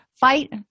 fight